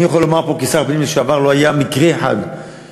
אני יכול לומר פה כשר הפנים לשעבר שלא היה מקרה אחד של